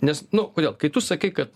nes nu kodėl kai tu sakei kad